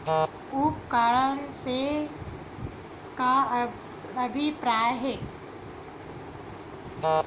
उपकरण से का अभिप्राय हे?